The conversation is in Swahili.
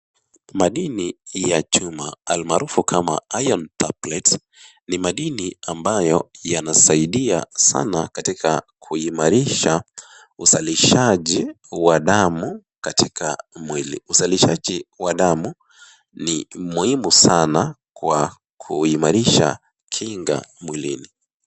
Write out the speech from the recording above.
Madini ya chuma almaarufu kama Iron tablets ni madini ambayo yanasaidia sana katika kuimarisha uzalishaji wa damu katika mwili. Uzalishaji wa damu ni muhimu sana kwa kuimarisha kinga mwilini.